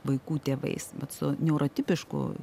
vaikų tėvais vat su neurotipiškų